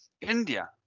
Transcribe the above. India